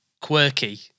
Quirky